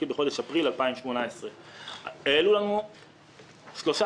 זה התחיל בחודש אפריל 2018. העלו לפנינו שלושה